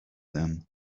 them